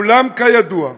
אולם כידוע,